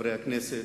חברי הכנסת,